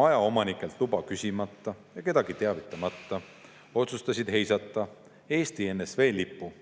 majaomanikelt luba küsimata ja kedagi teavitamata otsustasid heisata Eesti NSV lipu.